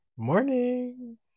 Morning